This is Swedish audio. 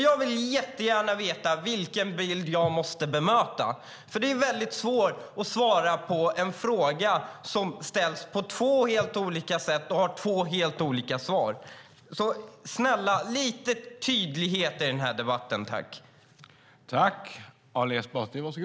Jag vill jättegärna veta vilken bild jag måste bemöta. För det är väldigt svårt att svara på en fråga som ställs på två helt olika sätt och har två helt olika svar. Snälla, jag önskar lite tydlighet i den här debatten, tack.